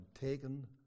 taken